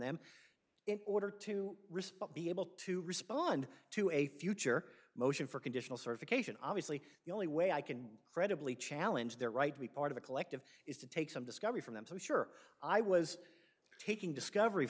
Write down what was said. them in order to respond be able to respond to a future motion for conditional certification obviously the only way i can credibly challenge their right to be part of a collective is to take some discovery from them so sure i was taking discovery